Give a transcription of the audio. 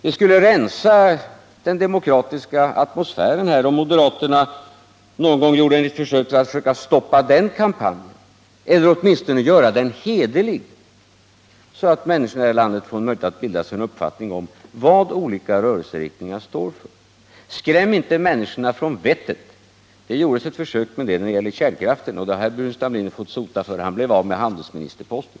Det skulle rensa den demokratiska atmosfären här om moderaterna gjorde ett försök att stoppa den kampanjen eller åtminstone göra den hederlig, så att människorna i detta ghet att bilda sig en uppfattning om vad olika rörelseriktningar står för. Skräm inte människorna från vettet! Det gjordes ett försök med det när det gällde kärnkraften. Det har herr Burenstam Linder fått sota för. Han blev av med handelsministerposten.